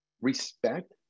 respect